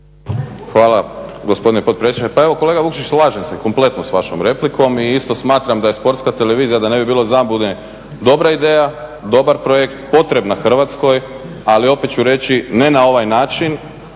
Hvala gospodine potpredsjedniče. Pa evo kolega Vukšić slažem se kompletno sa vašom replikom i isto smatram da je Sportska televizija da ne bi bilo zabune dobra ideja, dobar projekt, potrebna Hrvatskoj. Ali opet ću reći ne na ovaj način,